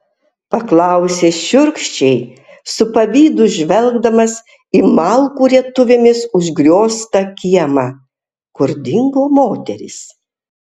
paklausė šiurkščiai su pavydu žvelgdamas į malkų rietuvėmis užgrioztą kiemą kur dingo moterys